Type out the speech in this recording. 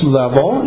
level